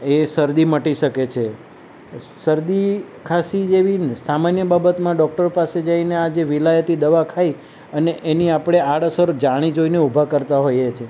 એ શરદી મટી શકે છે શરદી ખાંસી જેવી સામાન્ય બાબતમાં ડોક્ટર પાસે જઈને આ જે વિલાયતી દવા ખાઈ અને એની આપડે આડઅસર જાણી જોઈને ઊભા કરતા હોઈએ છીએ